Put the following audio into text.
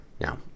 Now